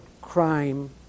crime